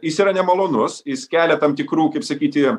jis yra nemalonus jis kelia tam tikrų kaip sakyti